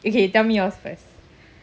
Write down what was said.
okay you tell me yours first